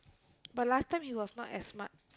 but last time he was not as smart